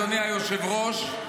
אדוני היושב-ראש,